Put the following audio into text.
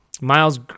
Miles